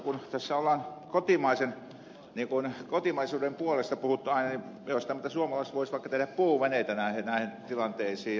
kun tässä ollaan kotimaisuuden puolesta puhuttu aina niin minä olen sitä mieltä että suomalaiset voisivat vaikka tehdä puuveneitä näihin tilanteisiin